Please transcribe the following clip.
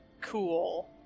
cool